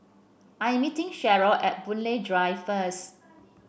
I'm meeting Cheryl at Boon Lay Drive first